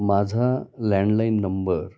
माझा landline number